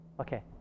Okay